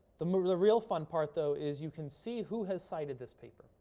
the more the real fun part though is you can see who has cited this paper.